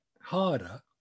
harder